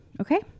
okay